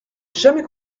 jamais